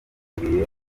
yiteguriye